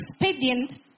expedient